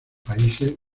países